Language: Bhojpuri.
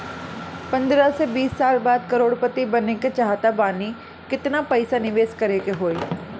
पंद्रह से बीस साल बाद करोड़ पति बने के चाहता बानी केतना पइसा निवेस करे के होई?